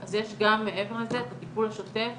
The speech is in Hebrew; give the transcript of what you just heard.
אז יש גם מעבר לזה את הטיפול השוטף